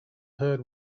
heard